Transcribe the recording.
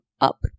up